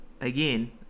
again